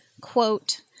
quote